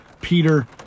Peter